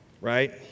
right